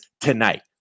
tonight